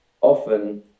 often